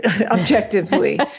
objectively